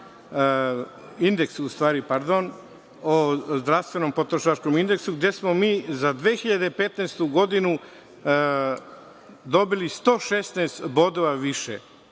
o zdravstvenom potrošačkom indeksu, gde smo mi za 2015. godinu dobili 116 bodova više.